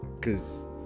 Cause